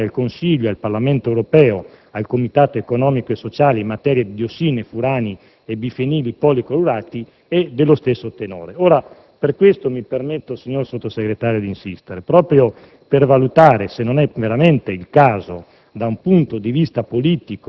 la comunicazione della Commissione al Consiglio e al Parlamento europeo, al Comitato economico e sociale in materia di diossine, furani e bifenili policlorurati è dello stesso tenore. Ora, per questo, signor Sottosegretario, mi permetto di insistere, proprio per valutare se non sia veramente il caso,